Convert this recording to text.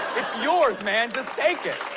it's yours, man, just take it!